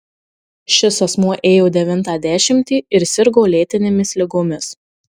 šis asmuo ėjo devintą dešimtį ir sirgo lėtinėmis ligomis